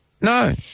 No